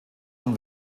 von